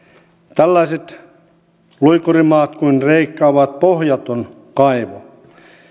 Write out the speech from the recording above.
tällaiset luikurimaat kuin kreikka ovat pohjaton kaivo